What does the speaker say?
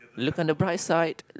look on the bright side